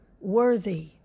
worthy